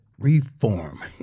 Reform